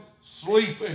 sleeping